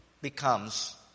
becomes